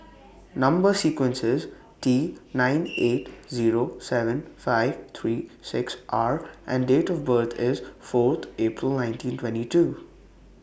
Number sequence IS T nine eight Zero seven five three six R and Date of birth IS Fourth April nineteen twenty two